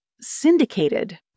syndicated